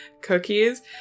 cookies